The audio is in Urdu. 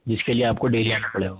جس کے لیے آپ کو ڈیلی آنا پڑے گا